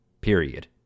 period